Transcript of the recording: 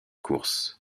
course